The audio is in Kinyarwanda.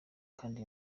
kandi